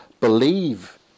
believe